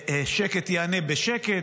שקט ייענה בשקט,